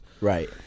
right